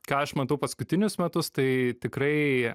ką aš matau paskutinius metus tai tikrai